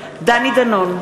דנון,